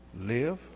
live